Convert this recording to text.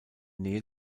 nähe